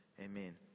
amen